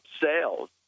sales